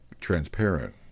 transparent